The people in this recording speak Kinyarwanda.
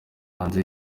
hanze